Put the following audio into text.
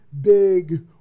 big